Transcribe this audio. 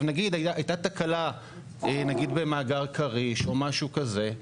הייתה תקלה נגיד במאגר כריש או משהו כזה,